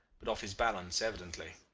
but off his balance evidently.